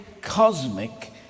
cosmic